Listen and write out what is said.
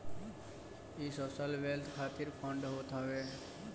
इ social wealth खातिर fund होत हवे